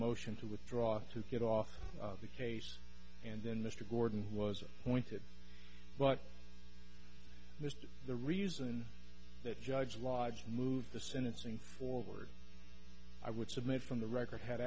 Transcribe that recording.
motion to withdraw to get off the case and then mr gordon was appointed but missed the reason that judge lauds moved the sentencing forward i would submit from the record had